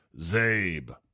Zabe